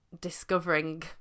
discovering